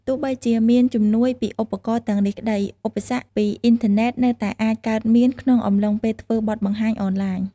ទោះបីជាមានជំនួយពីឧបករណ៍ទាំងនេះក្ដី ឧបសគ្គពីអ៊ីនធឺណេតនៅតែអាចកើតមានក្នុងអំឡុងពេលធ្វើបទបង្ហាញអនឡាញ។